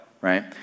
right